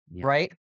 right